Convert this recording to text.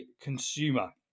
consumer